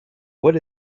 what